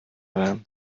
werden